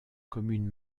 communes